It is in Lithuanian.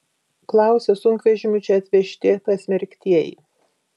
klausia sunkvežimiu čia atvežti pasmerktieji